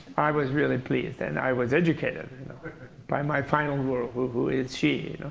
i was really pleased and i was educated by my final girl, who who is she.